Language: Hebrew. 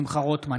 שמחה רוטמן,